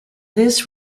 this